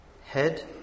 head